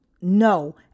No